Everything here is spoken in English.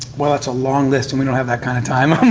well that's a long list and we don't have that kind of time.